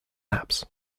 apps